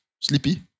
sleepy